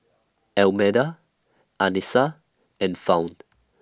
Almeda Anissa and Fount